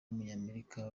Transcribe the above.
w’umunyamerika